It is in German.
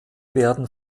werden